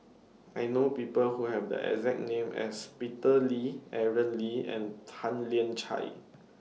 I know People Who Have The exact name as Peter Lee Aaron Lee and Tan Lian Chye